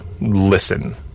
listen